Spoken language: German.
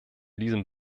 diesem